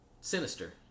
sinister